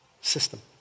system